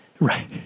Right